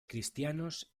cristianos